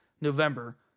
November